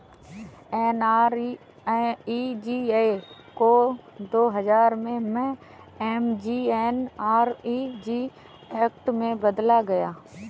NREGA को दो हजार नौ में एम.जी.एन.आर.इ.जी एक्ट में बदला गया